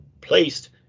placed